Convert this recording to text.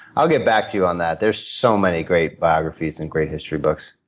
i'll get back to you on that. there are so many great biographies and great history books.